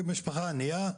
ממשפחה ענייה,